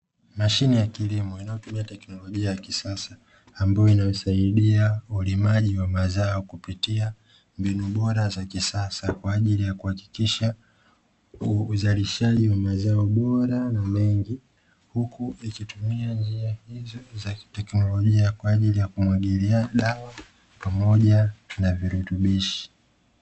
Mashine ya kilimo inayotumia teknolojia ya kisasa ambayo inasaidia ulimaji wa mazao kupitia mbinu bora za kisasa, kwa ajili ya kuhakikisha uzalishaji wa mazao bora na mengi, huku ikitumia njia zilizo za kiteknolojia kwa ajili ya kumwagilia dawa pamoja na virutubishi.